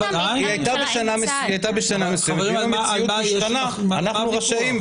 אבל היא הייתה בשנה מסוימת ואם המציאות השתנתה אנחנו רשאים,